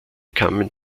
kamen